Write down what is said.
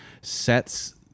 sets